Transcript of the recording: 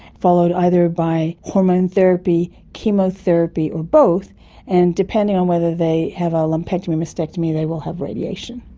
followed either by hormone therapy, chemotherapy or both and, depending on whether they have a lumpectomy or mastectomy they will have radiation.